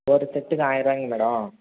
ஒரு செட்டுக்கு ஆயரூவாய்ங்ளா மேடம்